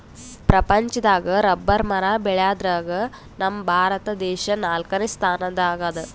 ಪ್ರಪಂಚದಾಗ್ ರಬ್ಬರ್ ಮರ ಬೆಳ್ಯಾದ್ರಗ್ ನಮ್ ಭಾರತ ದೇಶ್ ನಾಲ್ಕನೇ ಸ್ಥಾನ್ ದಾಗ್ ಅದಾ